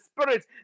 Spirit